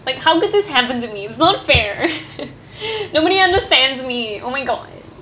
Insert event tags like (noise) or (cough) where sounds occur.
like how could this happen to me it's not fair (laughs) nobody understands me oh my god